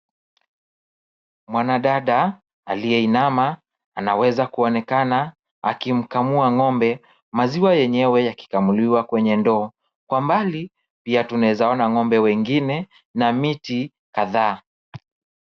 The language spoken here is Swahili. Mwanadada akiinama. Anaweza kuonekana aimkamua ng'ombe, maziwa yenyewe yakikamuliwa kwenye ndoo. Kwa mbali pia tunaweza ona ng'ombe wengine na miti kadhaa.